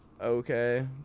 okay